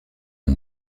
mon